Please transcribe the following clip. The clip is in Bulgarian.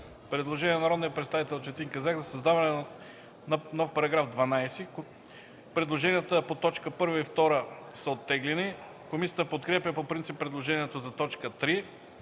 предложение от народния представител Четин Казак за създаването на нов § 12. Предложенията по т. 1 и т. 2 са оттеглени. Комисията подкрепя по принцип предложението за т. 3